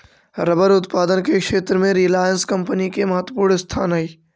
rubber उत्पादन के क्षेत्र में रिलायंस कम्पनी के महत्त्वपूर्ण स्थान हई